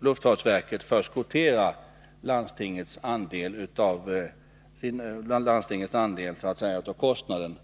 luftfartsverket förskottera landstingets andel av kostnaden.